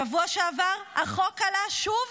בשבוע שעבר החוק עלה שוב